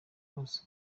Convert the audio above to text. bwose